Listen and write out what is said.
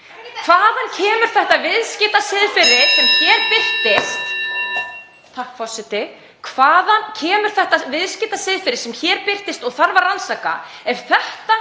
Hvaðan kemur þetta viðskiptasiðferði sem hér birtist og þarf að rannsaka ef þetta